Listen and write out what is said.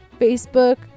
Facebook